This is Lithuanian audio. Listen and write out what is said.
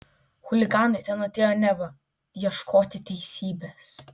chuliganai ten atėjo neva ieškoti teisybės